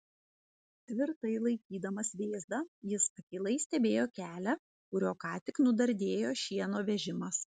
tvirtai laikydamas vėzdą jis akylai stebėjo kelią kuriuo ką tik nudardėjo šieno vežimas